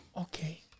Okay